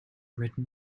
written